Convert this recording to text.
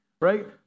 right